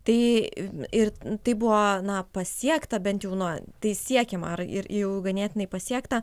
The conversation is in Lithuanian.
tai ir tai buvo ną pasiekta bent jau nuo tai siekiama ir jau ganėtinai pasiekta